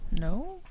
No